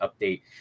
update